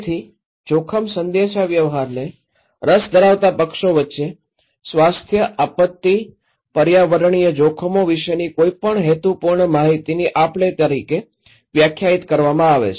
તેથી જોખમ સંદેશાવ્યવહારને રસ ધરાવતા પક્ષો વચ્ચે સ્વાસ્થ્ય આપત્તિ પર્યાવરણીય જોખમો વિશેની કોઈપણ હેતુપૂર્ણ માહિતીની આપ લે તરીકે વ્યાખ્યાયિત કરવામાં આવે છે